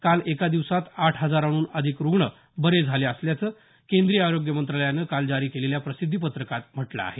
काल एका दिवसात आठ हजारांहन अधिक रुगृण बरे झाले असल्याचं केंद्रीय आरोग्य मंत्रालयानं काल जारी केलेल्या प्रसिद्धीपत्रकात म्हटलं आहे